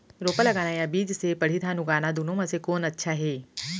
रोपा लगाना या बीज से पड़ही धान उगाना दुनो म से कोन अच्छा हे?